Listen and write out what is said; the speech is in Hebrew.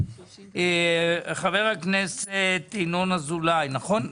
חבר הכנסת ינון אזולאי, נכון?